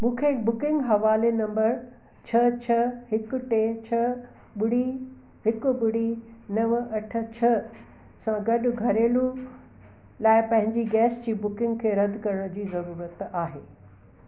मूंखे बुकिंग हवाले नंबर छह छ्ह हिकु टे छह ॿुड़ी हिकु ॿुड़ी नव अठ छह सां गॾु घरेलू लाइ पंहिंजी गैस जी बुकिंग खे रद्द करण जी ज़रूरत आहे